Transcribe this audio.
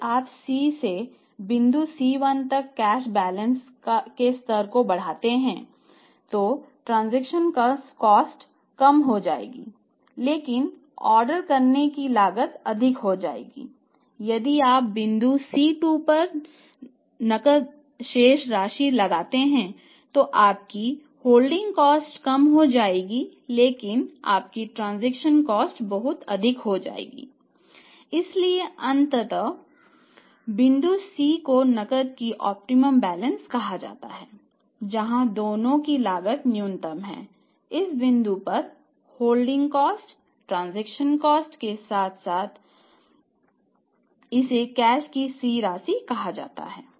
यदि आप C से बिंदु C1 तक कैश बैलेंस के साथ प्रतिच्छेद करती है और इसे कैश की C राशि कहा जाता है